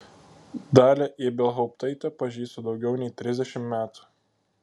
dalią ibelhauptaitę pažįstu daugiau nei trisdešimt metų